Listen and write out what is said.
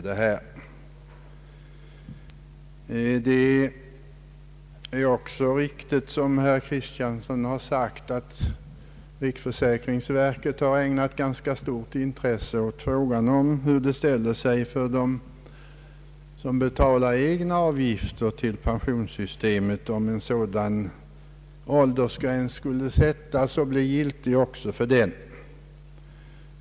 Det är också riktigt som herr Kristiansson säger, att riksförsäkringsverket har ägnat stort intresse åt frågan om hur det ställer sig med en sådan här åldersgräns för dem som betalar egna avgifter till pensionssystemet.